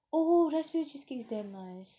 oh raspberry cheesecake is damn nice